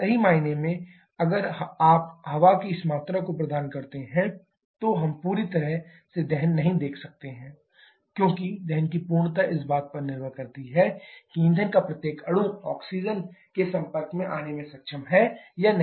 सही मायने में अगर आप हवा की इस मात्रा को प्रदान करते हैं तो हम पूरी तरह से दहन नहीं देख सकते हैं क्योंकि दहन की पूर्णता इस बात पर निर्भर करती है कि ईंधन का प्रत्येक अणु ऑक्सीजन के संपर्क में आने में सक्षम है या नहीं